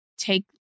Take